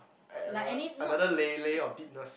add another another lay~ layer of deepness